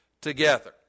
together